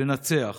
לנצח